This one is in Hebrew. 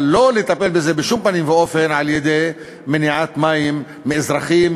אבל לא לטפל בזה בשום פנים ואופן על-ידי מניעת מים מאזרחים,